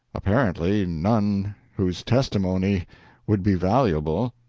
apparently none whose testimony would be valuable.